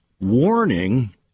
warning